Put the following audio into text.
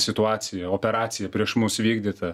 situaciją operaciją prieš mus vykdyta